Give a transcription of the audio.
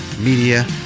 Media